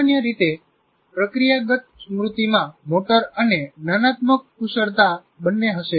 સામાન્ય રીતે પ્રક્રિયાગત સ્મૃતિમાં મોટર અને જ્ઞાનાત્મક કુશળતા બંને હશે